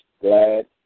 glad